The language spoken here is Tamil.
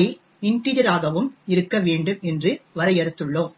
i இன்டிஜெராகவும் இருக்க வேண்டும் என்று வரையறுத்துள்ளோம்